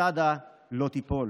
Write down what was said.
מסדה לא תיפול'".